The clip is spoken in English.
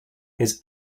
his